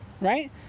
right